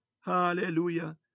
hallelujah